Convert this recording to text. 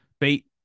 beat